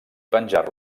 penjar